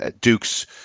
Dukes